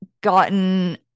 gotten